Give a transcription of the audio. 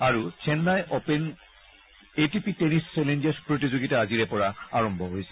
আৰু Chennai open A T P tennis challengers প্ৰতিযোগিতা আজিৰে পৰা আৰম্ভ হৈছে